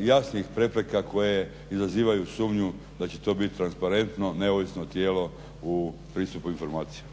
jasnijih prepreka koje izazivaju sumnju da će to biti transparentno, neovisno tijelo u pristupu informacija.